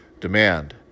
Demand